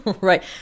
Right